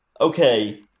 okay